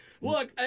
Look